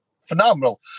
phenomenal